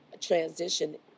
transition